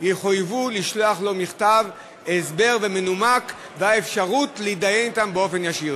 הן יחויבו לשלוח לו מכתב הסבר מנומק ואפשרות להתדיין אתן באופן ישיר.